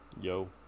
Yo